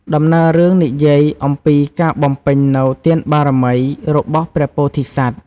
ដំណើររឿងនិយាយអំពីការបំពេញនូវ ទានបារមី របស់ព្រះពោធិសត្វ។